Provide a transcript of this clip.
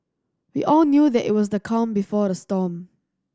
we all knew that it was the calm before the storm